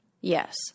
Yes